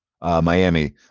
Miami